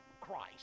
Christ